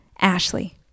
Ashley